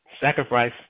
Sacrifice